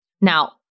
Now